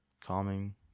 calming